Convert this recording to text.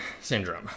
syndrome